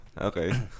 Okay